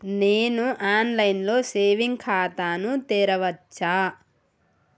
నేను online లో saving ఖాతా ను తెరవచ్చా?